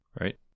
right